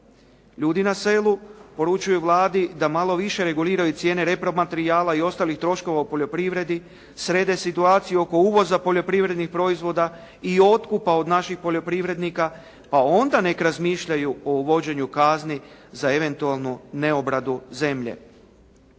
Ljudi na selu poručuju Vladi da malo više reguliraju cijene repromaterijala i ostalih troškova u poljoprivredi, srede situaciju oko uvoza poljoprivrednih proizvoda i otkupa od naših poljoprivrednika, pa onda neka razmišljaju o uvođenju kazni za eventualnu obradu zemlje.